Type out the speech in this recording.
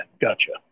Gotcha